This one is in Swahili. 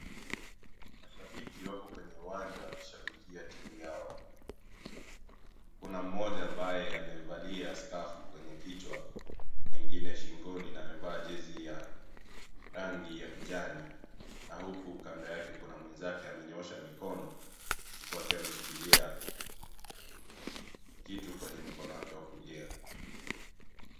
Mashabiki wako kwenye uwanja wakishabikia timu yao kuna moja ambaye amevalia skafu kwenye kichwa na ngine shingoni na amevaa jezi ya rangi ya kijani na huku kando yake kuna mwenzake amenyoosha mikono huku akiwa ameshikilia kitu kwenye mkono wake wa kulia.